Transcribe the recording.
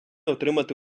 отримати